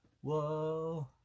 whoa